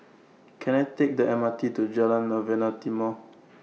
Can I Take The M R T to Jalan Novena Timor